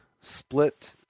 split